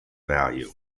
value